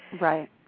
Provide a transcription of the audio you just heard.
Right